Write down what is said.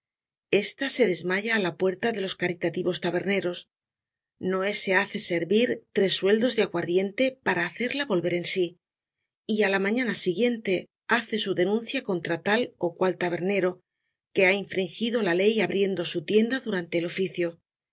esta sedesmaya á la puerta de los caritativos taberneros noé se hace servir tres sueldos de aguardiente para hacerla volver en si y á la mañana siguiente hace su denuncia contra tal ó cual tabernero que ha infrinjido la ley abriendo su tienda durante el oficio